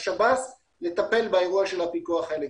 השב"ס לטפל באירוע של הפיקוח האלקטרוני.